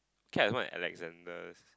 cat and what at Alexander's